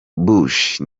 bush